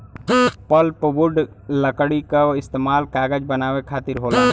pulpwood लकड़ी क इस्तेमाल कागज बनावे खातिर होला